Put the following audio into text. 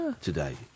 today